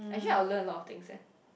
actually I'll learn a lot of things eh